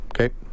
Okay